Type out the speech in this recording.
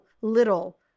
little